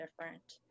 different